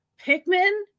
Pikmin